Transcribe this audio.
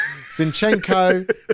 Zinchenko